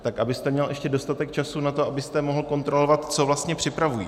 Tak abyste měl ještě dostatek času na to, abyste mohl kontrolovat, co vlastně připravují.